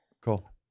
Cool